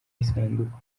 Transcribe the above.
isanduku